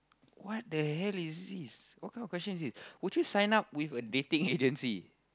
what the hell is this what kind of question is this would you sign up with a dating agency